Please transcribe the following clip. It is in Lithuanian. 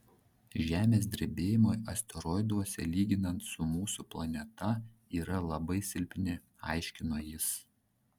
žemės drebėjimai asteroiduose lyginant su mūsų planeta yra labai silpni aiškino jis